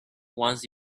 once